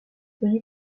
connu